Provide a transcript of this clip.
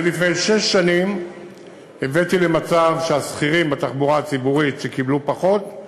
אני לפני שש שנים הבאתי למצב שהשכירים בתחבורה הציבורית שקיבלו פחות,